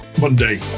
Monday